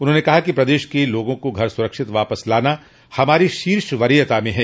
उन्होंने कहा कि प्रदेश के लोगों को घर सुरक्षित वापस लाना हमारी शीर्ष वरीयता में हैं